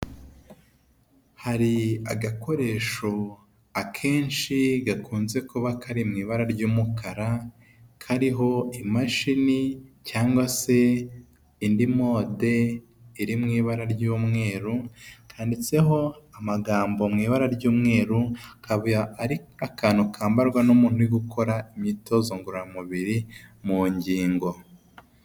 Hari agakoresho akenshi gakunze kuba kari mu ibara ry'umukara kariho imashini cyangwa se indi mode irimo ibara ry'umweru, handitseho amagambo mu ibara ry'umweru ka ari akantu kambarwa n'umuntu uri gukora imyitozo ngororamubiri mu ngingo.